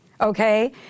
okay